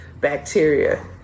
bacteria